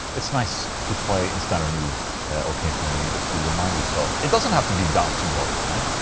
it's nice to play in standard e occasionally just to remind yourself. it doesn't have to be downtuned all the time,